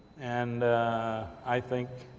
and i think,